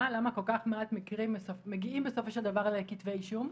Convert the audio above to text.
למה כל כך מעט מקרים מגיעים בסופו של דבר לכתבי אישום.